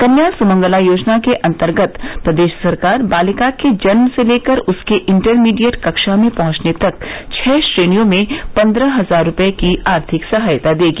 कन्या सुमंगला योजना के अंतर्गत प्रदेश सरकार बालिका के जन्म से लेकर उसके इंटरमीडिएट कक्षा में पहुंचने तक छह श्रेणियों में पंद्रह हजार रूपये की आर्थिक सहायता देगी